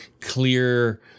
clear